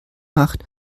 macht